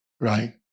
right